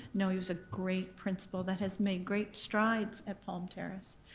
no, he was a great principal that has made great strides at palm terrace.